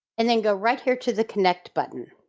and then go right here to the connect button.